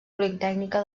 politècnica